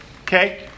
Okay